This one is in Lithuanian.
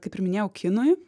kaip ir minėjau kinui